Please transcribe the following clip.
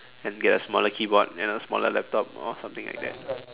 and get a smaller keyboard you know smaller laptop or something like that